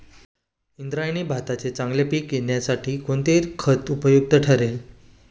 इंद्रायणी भाताचे चांगले पीक येण्यासाठी कोणते खत उपयुक्त ठरेल?